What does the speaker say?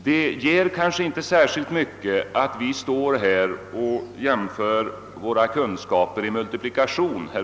Det tjänar kanske inte så mycket till att herr Fagerlund och jag står här och jämför våra kunskaper i multiplikation.